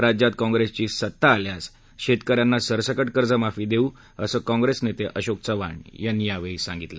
राज्यात काँग्रेसची सत्ता आल्यास शेतक यांना सरसकट कर्जमाफी देऊ असं काँग्रेस नेते अशोक चव्हाण यावेळी म्हणाले